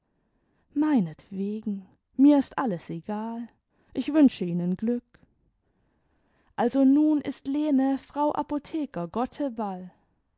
meinetwegen mir ist alles egal ich wünsche ihnen glück also nun ist lene frau apotheker